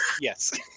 Yes